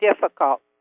difficult